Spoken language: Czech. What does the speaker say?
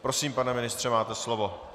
Prosím, pane ministře, máte slovo.